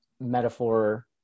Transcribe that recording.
metaphor